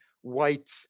white